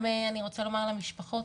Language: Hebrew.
אני רוצה לומר למשפחות.